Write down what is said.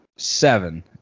Seven